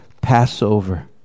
Passover